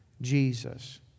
Jesus